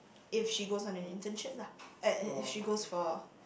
if she goes on an internship lah if if she goes for